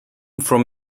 from